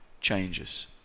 changes